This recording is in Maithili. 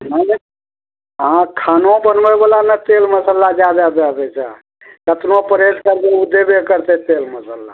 श्रीमान जी अहाँ खनो बनबै बला ने तेल मसाला जादा दऽ देइ छै कतनो परहेज करबै ओ देबे करतै तेल मसल्ला